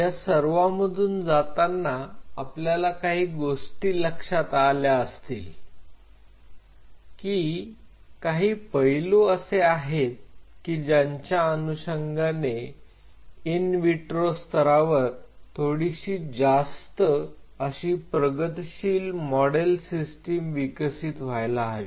या सर्वांमधून जाताना आपल्याला काही गोष्टी लक्षात आल्या असतील की काही पैलू असे आहेत की ज्यांच्या अनुषंगाने इन विट्रो स्तरावर थोडीशी जास्त अशी प्रगतशील मॉडेल सिस्टिम विकसित व्हायला हवी